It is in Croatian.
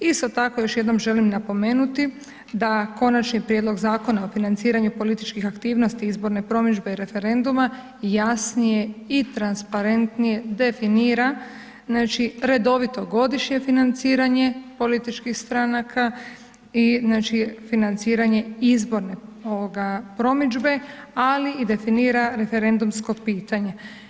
Isto tako još jednom želim napomenuti da Konačni prijedlog Zakona o financiranju političkih aktivnosti, izborne promidžbe i referenduma, jasnije i transparentnije definira, znači, redovito godišnje financiranje političkih stranaka i znači, financiranje izborne promidžbe, ali i definira referendumsko pitanje.